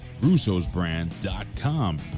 Russo'sBrand.com